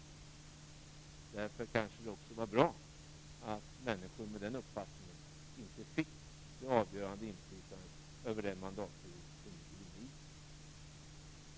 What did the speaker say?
Det var kanske därför bra att människor med den uppfattningen inte fick det avgörande inflytandet över den mandatperiod som vi nu är inne i.